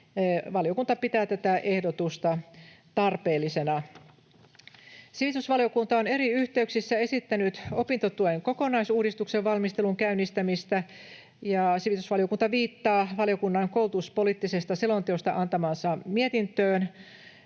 Valiokunta pitää tätä ehdotusta tarpeellisena. Sivistysvaliokunta on eri yhteyksissä esittänyt opintotuen kokonaisuudistuksen valmistelun käynnistämistä. Sivistysvaliokunta viittaa valiokunnan koulutuspoliittisesta selonteosta antamaansa mietintöön